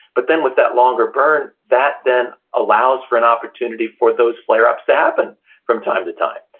but then with that longer burn, that then allows for an opportunity for those flare ups to happen from time to time,